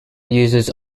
uses